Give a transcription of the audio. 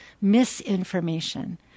misinformation